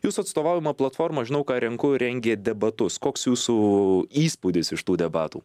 jūsų atstovaujama platforma žinau ką renku rengė debatus koks jūsų įspūdis iš tų debatų